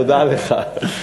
תודה לך.